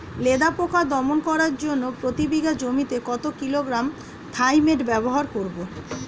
লেদা পোকা দমন করার জন্য প্রতি বিঘা জমিতে কত কিলোগ্রাম থাইমেট ব্যবহার করব?